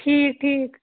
ٹھیٖک ٹھیٖک